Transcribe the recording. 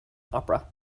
opera